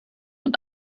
und